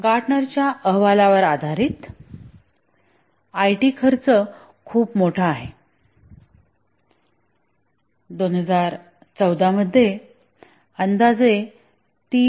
गार्टनरच्या अहवालावर आधारित जगभरातील आयटी खर्च खूप मोठा आहे 2014 मध्ये अंदाजे 3